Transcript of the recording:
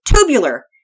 tubular